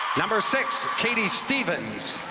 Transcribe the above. number six, katie stevens,